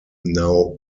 now